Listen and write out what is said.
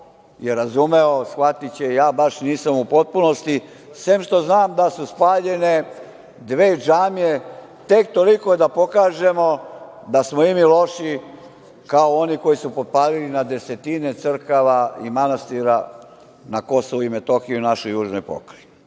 je razumeo, shvatiće. Ja baš nisam u potpunosti, sem što znam da su spaljene dve džamije, tek toliko da pokažemo da smo i mi loši, kao oni koji su potpalili na desetine crkava i manastira na Kosovu i Metohiji, u našoj južnoj pokrajini. Dame